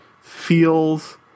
feels